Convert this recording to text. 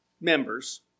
members